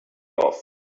off